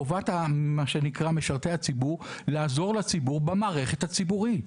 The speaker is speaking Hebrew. חובת משרתי הציבור היא לעזור לציבור במערכת הציבורית.